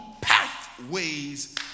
pathways